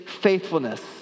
faithfulness